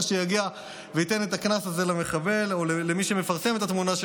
שיגיע וייתן את הקנס הזה למחבל או למי שמפרסם את התמונה של